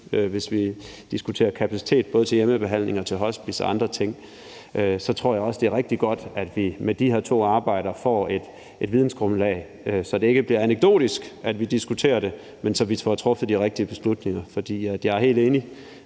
når vi diskuterer kapacitet til både hjemmebehandling, hospice og andre ting? Jeg tror også, det er rigtig godt, at vi med de her to arbejder får et vidensgrundlag, så vi ikke diskuterer det anekdotisk, men får truffet de rigtige beslutninger. For jeg er helt enig